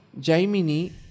Jaimini